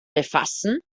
befassen